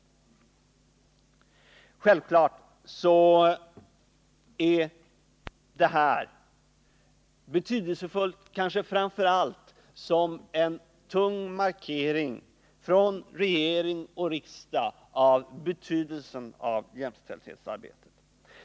Självfallet är det här viktigt, kanske framför allt som en tung markering från regering och riksdag av betydelsen av jämställdhetsarbetet.